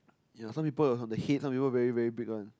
ya some people on the head some people very very big one